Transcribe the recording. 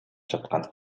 жаткан